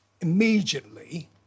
immediately